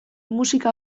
musika